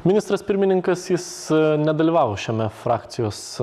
ministras pirmininkas jis nedalyvavo šiame frakcijos